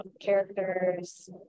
characters